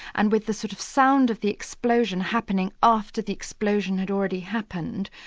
and with the sort of sound of the explosion happening after the explosion had already happened,